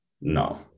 No